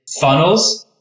funnels